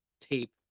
tape